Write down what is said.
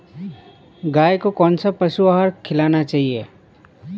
गाय को कौन सा पशु आहार खिलाना चाहिए?